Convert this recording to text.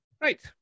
Right